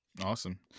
awesome